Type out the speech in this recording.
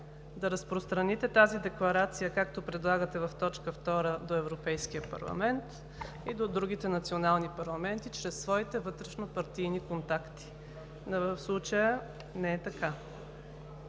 да разпространите тази декларация, както предлагате в т. 2, до Европейския парламент и до другите национални парламенти чрез своите вътрешнопартийни контакти. Но в случая не е така.